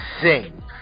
sing